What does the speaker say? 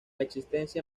existencia